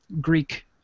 Greek